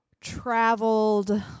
traveled